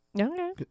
Okay